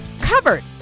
covered